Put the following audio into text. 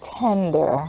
tender